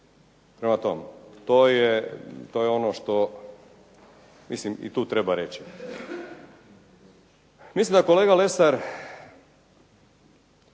Prema tome, to je ono što mislim i tu treba reći. Mislim da kolega Lesar